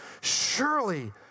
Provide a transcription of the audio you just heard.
Surely